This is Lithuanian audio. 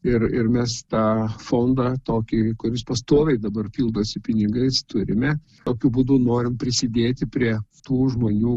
ir ir mes tą fondą tokį kuris pastoviai dabar pildosi pinigais turime tokiu būdu norim prisidėti prie tų žmonių